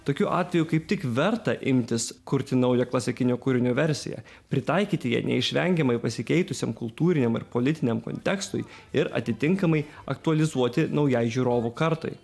tokiu atveju kaip tik verta imtis kurti naują klasikinio kūrinio versiją pritaikyti ją neišvengiamai pasikeitusiam kultūriniam ir politiniam kontekstui ir atitinkamai aktualizuoti naujai žiūrovų kartai